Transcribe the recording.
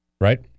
right